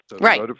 Right